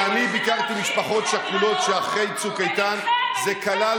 כשאני ביקרתי משפחות שכולות אחרי צוק איתן זה כלל